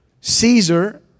Caesar